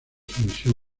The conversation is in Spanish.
sumisión